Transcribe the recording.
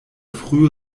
früh